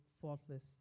faultless